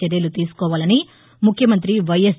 చర్యలు తీసుకోవాలని ముఖ్యమంతి వైఎస్